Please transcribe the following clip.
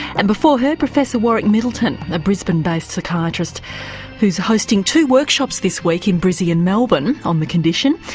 and before her, professor warwick middleton, a brisbane based psychiatrist who's hosting two workshops this week in brisbane and melbourne on the condition.